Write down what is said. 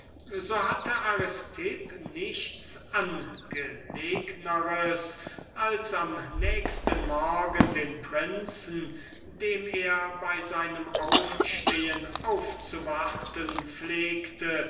so hatte aristipp nichts angelegners als des nächsten morgens den prinzen dem er bei seinem aufstehen aufzuwarten pflegte